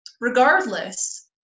regardless